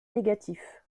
négatif